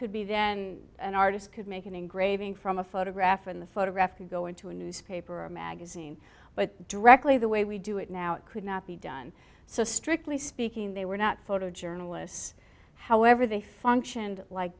could be then an artist could make an engraving from a photograph and the photograph could go into a newspaper or magazine but directly the way we do it now it could not be done so strictly speaking they were not photo journalists however they functioned like